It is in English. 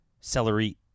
celery